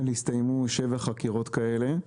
נסתיימו שבע חקירות כאלה.